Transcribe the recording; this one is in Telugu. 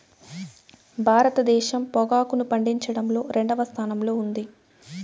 భారతదేశం పొగాకును పండించడంలో రెండవ స్థానంలో ఉంది